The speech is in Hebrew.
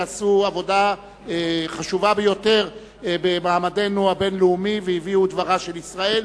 שעשו עבודה חשובה ביותר למעמדנו הבין-לאומי והביאו את דברה של ישראל.